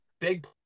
big